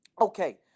Okay